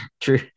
True